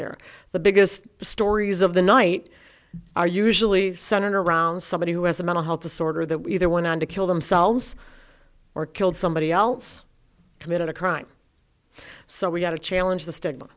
there the biggest stories of the night are usually senator around somebody who has a mental health disorder that either went on to kill themselves or killed somebody else committed a crime so we got to challenge the stigma